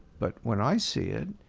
but when i see it